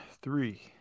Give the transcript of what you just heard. three